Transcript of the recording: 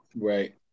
Right